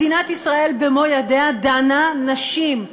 מדינת ישראל במו-ידיה דנה נשים,